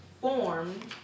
formed